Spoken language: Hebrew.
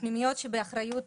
הפנימיות שבאחריות